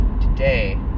today